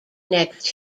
next